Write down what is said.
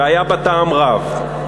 והיה בה טעם רב.